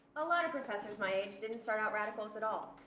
a lot of professors my age didn't start out radicals at all.